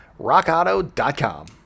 Rockauto.com